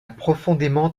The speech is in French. profondément